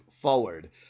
forward